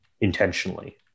intentionally